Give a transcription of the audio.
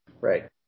Right